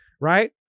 right